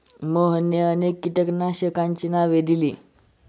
मोहनने अनेक कीटकनाशकांची नावे दिली